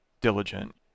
diligent